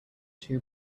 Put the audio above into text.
two